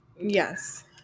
Yes